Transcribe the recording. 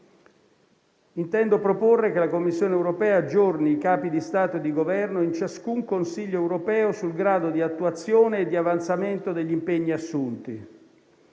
Intendo proporre che la Commissione europea aggiorni i Capi di Stato e di Governo in ciascun Consiglio europeo sul grado di attuazione e di avanzamento degli impegni assunti.